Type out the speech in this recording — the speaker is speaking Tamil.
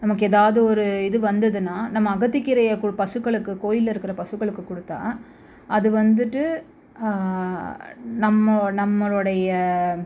நமக்கு எதாவது ஒரு இது வந்ததுன்னா நம்ம அகத்திக்கீரையை கோ பசுக்களுக்கு கோயில்ல இருக்கிற பசுக்களுக்கு கொடுத்தா அது வந்துட்டு நம்ம நம்மளோடைய